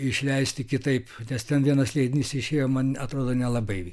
išleisti kitaip nes ten vienas leidinys išėjo man atrodo nelabai